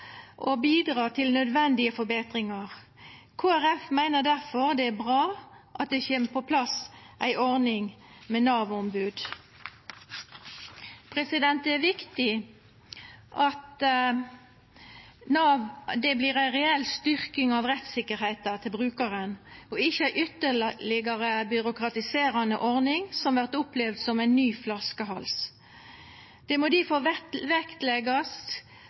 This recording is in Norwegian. og bidra til nødvendige forbetringar. Kristeleg Folkeparti meiner difor det er bra at det kjem på plass ei ordning med Nav-ombod. Det er viktig at det vert ei reell styrking av rettssikkerheita til brukaren og ikkje ei ytterlegare byråkratiserande ordning som vert opplevd som ein ny flaskehals. Det må difor